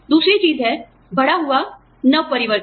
दूसरी चीज है बढ़ा हुआ नवाचारनवपरिवर्तन